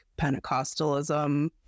Pentecostalism